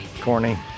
Corny